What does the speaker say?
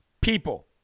people